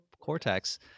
cortex